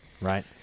right